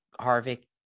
Harvick